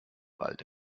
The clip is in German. wald